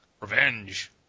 revenge